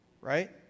Right